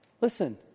Listen